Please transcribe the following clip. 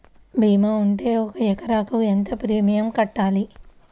భీమా ఉంటే ఒక ఎకరాకు ఎంత ప్రీమియం కట్టాలి?